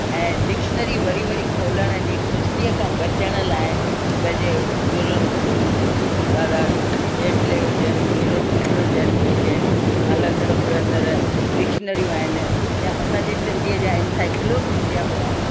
ऐं डिक्शनरी वरी वरी खोलण जी सुस्तीअ खां बचण लाइ पंहिंजे गुरुनि दादा जेटले हुजनि हीरो ठकुर हुजनि जेके हलंदड़ फिरंदड़ डिक्शनरियूं आहिनि यां असां जे सिंधीअ जा इनसाईकलोपीडिया हुआ